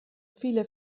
viele